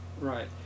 Right